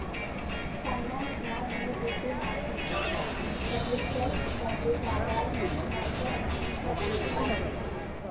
finance ನಾವ್ ಮೂರ್ ರೀತಿ ಮಾಡತ್ತಿವಿ ಪಬ್ಲಿಕ್ ಖರ್ಚ್, ಪಬ್ಲಿಕ್ ಆದಾಯ್ ಮತ್ತ್ ಪಬ್ಲಿಕ್ ಸಾಲ